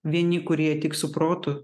vieni kurie tik su protu